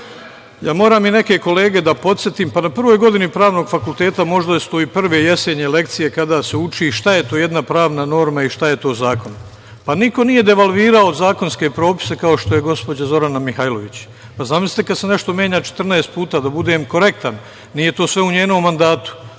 pričamo. Moram i neke kolege da podsetim da na prvog godini Pravnog fakulteta, možda su to i prve jesenje lekcije kada se uči šta je to jedna pravna norma i šta je to zakon. Niko nije devalvirao zakonske propise kao što je gospođa Zorana Mihajlović. Zamislite kada se nešto menja 14 puta. Da budem korektan, nije to sve u njenom mandatu.